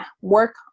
work